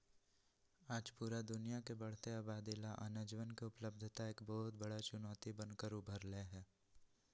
आज पूरा दुनिया के बढ़ते आबादी ला अनजवन के उपलब्धता एक बहुत बड़ा चुनौती बन कर उभर ले है